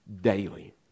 daily